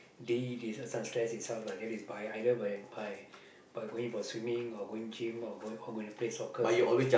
de~ de~ this one stress itself lah that is by either whereby by going for swimming or going gym or going or going to play soccer so